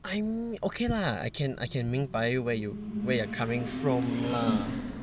I'm okay lah I can I can 明白 where you where you are coming from lah